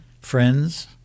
friends